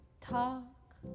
talk